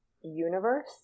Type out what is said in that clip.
universe